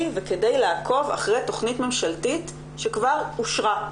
וכדי לעקוב אחרי תכנית ממשלתית שכבר אושרה.